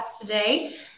today